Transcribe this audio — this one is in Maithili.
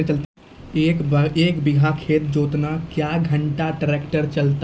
एक बीघा खेत जोतना क्या घंटा ट्रैक्टर चलते?